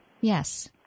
Yes